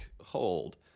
hold